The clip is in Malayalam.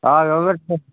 ആ